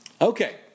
Okay